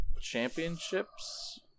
Championships